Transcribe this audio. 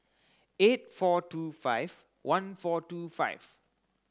eight four two five one four two five